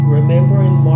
Remembering